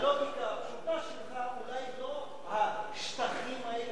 הלוגיקה הפשוטה שלך, אולי לא ה"שטחים" האלה,